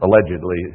allegedly